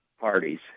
parties